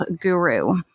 guru